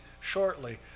shortly